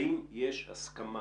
האם יש הסכמה